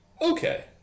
Okay